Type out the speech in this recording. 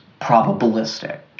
probabilistic